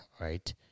Right